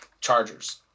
Chargers